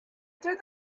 through